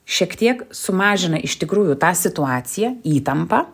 šiek tiek sumažina iš tikrųjų tą situaciją įtampą